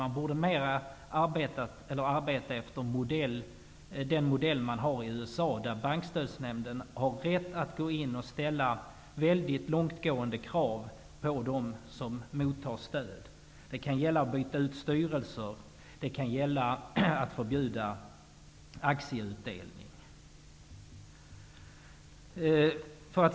Man borde i större utsträckning arbeta efter den modell som finns i USA, där Bankstödsnämnden har rätt att gå in och ställa långtgående krav på dem som mottar stöd. Det kan gälla att byta ut styrelser eller att förbjuda aktieutdelning.